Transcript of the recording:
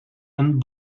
and